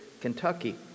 Kentucky